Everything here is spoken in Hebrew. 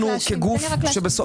תן לי רק להשלים.